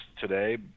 today